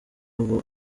uba